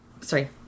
Sorry